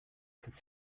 could